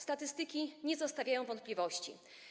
Statystyki nie zostawiają wątpliwości.